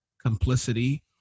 complicity